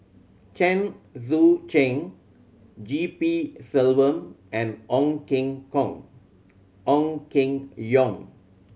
Chen Sucheng G P Selvam and Ong Keng Hong Ong Keng Yong